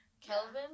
Kelvin